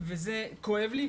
וזה כואב לי.